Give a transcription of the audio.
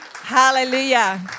Hallelujah